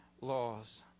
laws